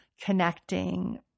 connecting